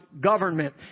government